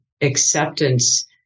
Acceptance